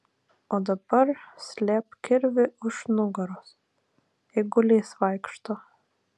o dabar slėpk kirvį už nugaros eigulys vaikšto